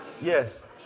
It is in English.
Yes